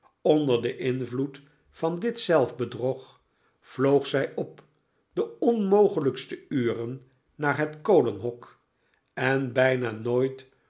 onder den invloed van dit zelfbedrog vloog zij op de onmogelijkste uren naar het kolenhok en bijna nooit